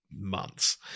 months